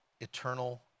eternal